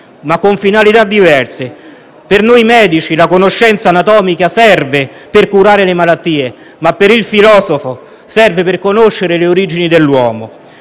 ma con finalità diverse. Per noi medici, la conoscenza anatomica serve per curare le malattie, ma per il filosofo serve per conoscere le origini dell'uomo.